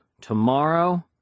tomorrow